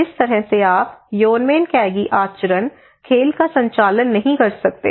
जिस तरह से आप योनमेनकैगी आचरण खेल का संचालन नहीं कर सकते